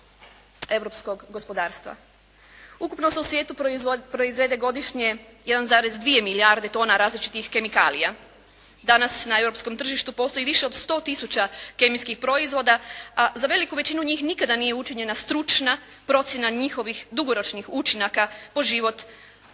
europskog gospodarstva. Ukupno se u svijetu proizvede godišnje 1,2 milijarde tona različitih kemikalija. Danas na europskom tržištu postoji više od 100 tisuća kemijskih proizvoda, a za veliku većinu njih nikada nije učinjena stručna procjena njihovih dugoročnih učinaka po život,